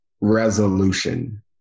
resolution